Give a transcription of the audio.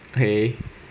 okay